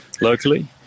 locally